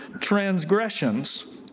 transgressions